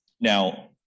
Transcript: Now